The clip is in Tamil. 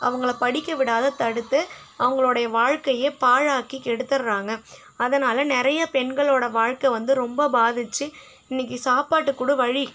அவங்களை படிக்க விடாத தடுத்து அவர்களோடைய வாழ்க்கையை பாழாக்கி கெடுத்துடுறாங்க அதனால் நிறைய பெண்களோட வாழ்க்கை வந்து ரொம்ப பாதித்து இன்றைக்கி சாப்பாட்டுக்கு கூட வழி